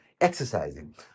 exercising